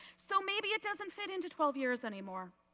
so maybe it doesn't fit in to twelve years anymore.